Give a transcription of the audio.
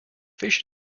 fish